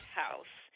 house